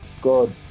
God